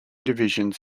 divisions